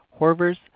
Horvers